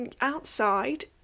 outside